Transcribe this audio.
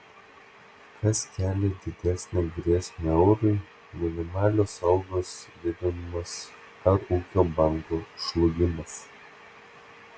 kas kelia didesnę grėsmę eurui minimalios algos didinimas ar ūkio banko žlugimas